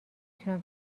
تونم